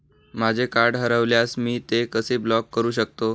माझे कार्ड हरवल्यास मी ते कसे ब्लॉक करु शकतो?